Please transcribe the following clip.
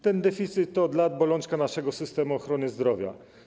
Ten deficyt to od lat bolączka naszego systemu ochrony zdrowia.